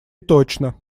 точно